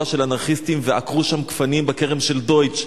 של אנרכיסטים ועקרו שם גפנים בכרם של דויטש,